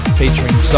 featuring